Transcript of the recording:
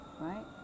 right